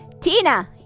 Tina